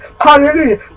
hallelujah